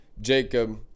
Jacob